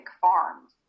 farms